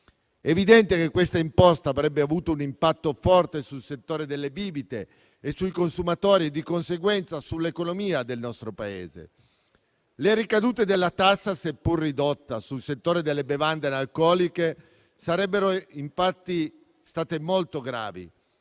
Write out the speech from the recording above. evidente che questa imposta avrebbe avuto un impatto forte sul settore delle bibite e sui consumatori e, di conseguenza, sull'economia del nostro Paese. Le ricadute della tassa, seppur ridotta, sul settore delle bevande analcoliche sarebbero infatti state molto gravi.